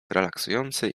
relaksujący